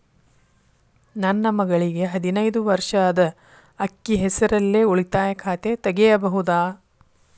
ನನ್ನ ಮಗಳಿಗೆ ಹದಿನೈದು ವರ್ಷ ಅದ ಅಕ್ಕಿ ಹೆಸರಲ್ಲೇ ಉಳಿತಾಯ ಖಾತೆ ತೆಗೆಯಬಹುದಾ?